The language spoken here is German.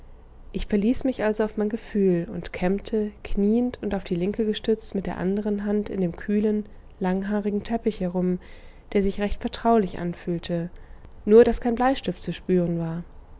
ich verließ mich also auf mein gefühl und kämmte knieend und auf die linke gestützt mit der andern hand in dem kühlen langhaarigen teppich herum der sich recht vertraulich anfühlte nur daß kein bleistift zu spüren war